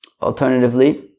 Alternatively